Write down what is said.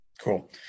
Cool